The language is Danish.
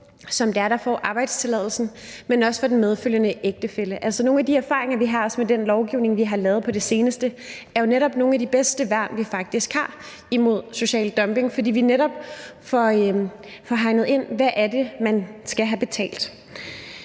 for den person, som får arbejdstilladelsen, men også for den medfølgende ægtefælle. Altså, nogle af de erfaringer, vi har, også med den lovgivning, vi har lavet på det seneste, er jo netop, at det er nogle af de bedste værn, vi faktisk har imod social dumping, fordi vi netop får hegnet ind, hvad det er, man skal have i betaling.